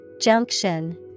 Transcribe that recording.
Junction